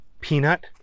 peanut